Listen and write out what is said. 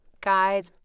Guys